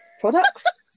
Products